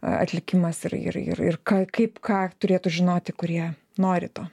atlikimas ir ir ir ir ką kaip ką turėtų žinoti kurie nori to